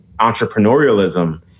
entrepreneurialism